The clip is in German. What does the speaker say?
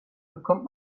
bekommt